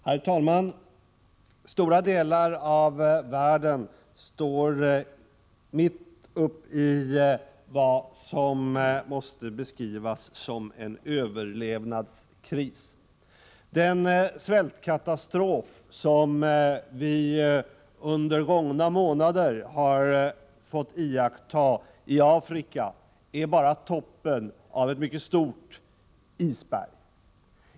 Herr talman! Stora delar av världen står mitt uppe i vad som måste beskrivas som en överlevnadskris. Den svältkatastrof som vi under gångna månader har fått iaktta i Afrika är bara toppen på ett mycket stort isberg.